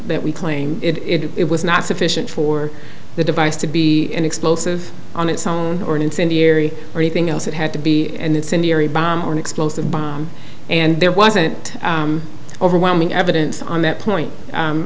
that we claim it was not sufficient for the device to be an explosive on its own or an incendiary or anything else it had to be an incendiary bomb or an explosive by and there wasn't overwhelming evidence on that point